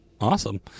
Awesome